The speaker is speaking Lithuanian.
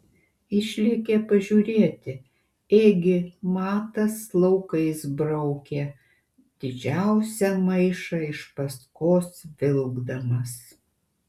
išlėkė pažiūrėti ėgi matas laukais braukė didžiausią maišą iš paskos vilkdamas